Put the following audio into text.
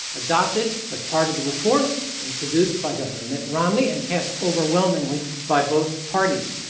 adopted as part of the reforms introduced by governor mitt romney and passed overwhelmingly by both parties.